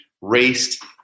raced